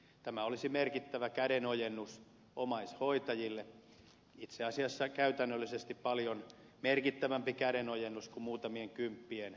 tämä olisi merkittävä kädenojennus omaishoitajille itse asiassa käytännöllisesti paljon merkittävämpi kädenojennus kuin muutamien kymppien korotus omaishoitoon